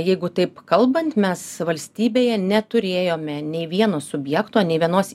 jeigu taip kalbant mes valstybėje neturėjome nei vieno subjekto nei vienos